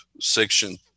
Section